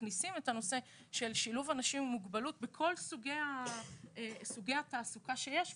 מכניסים את הנושא של שילוב אנשים עם מוגבלות בכל סוגי התעסוקה שיש.